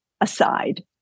aside